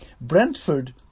Brentford